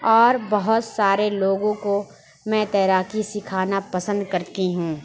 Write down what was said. اور بہت سارے لوگوں کو میں تیراکی سکھانا پسند کرتی ہوں